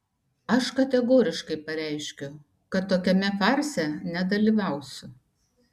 aš kategoriškai pareiškiu kad tokiame farse nedalyvausiu